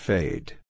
Fade